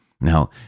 Now